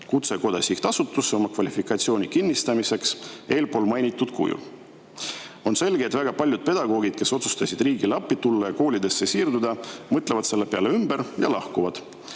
Kutsekoda oma kvalifikatsiooni kinnitama eespool mainitud kujul. On selge, et väga paljud pedagoogid, kes otsustasid riigile appi tulla ja koolidesse siirduda, mõtlevad selle peale ümber ja lahkuvad.